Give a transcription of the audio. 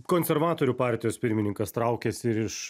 konservatorių partijos pirmininkas traukiasi ir iš